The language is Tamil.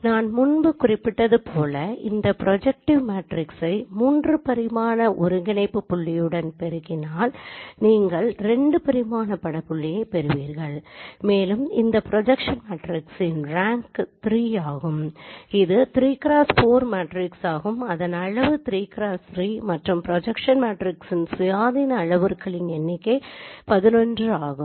நான் முன்பே குறிப்பிட்டது போல இந்த ப்ரொஜெக்டிவ் மெட்ரிக்ஸை 3 பரிமாண ஒருங்கிணைப்பு புள்ளியுடன் பெருக்கினால் நீங்கள் 2 பரிமாண பட புள்ளியைப் பெறுவீர்கள் மேலும் இந்த திட்ட மேட்ரிக்ஸின் ரேங்க் 3 ஆகும் இது 3x 4 மேட்ரிக்ஸாகும் அதன் அளவு 3x3 மற்றும் திட்ட மேட்ரிக்ஸின் சுயாதீன அளவுருக்களின் எண்ணிக்கை 11 ஆகும்